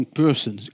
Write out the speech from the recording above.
person